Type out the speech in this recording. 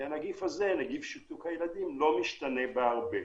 כי הנגיף הזה, נגיף שיתוק הילדים, לא משתנה בהרבה.